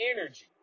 energy